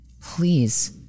Please